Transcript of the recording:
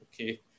okay